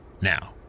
Now